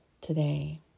today